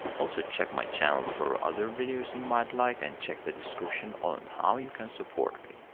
also, check my channel for other videos and you might like and check the description on how you can support me.